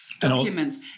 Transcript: documents